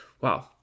Wow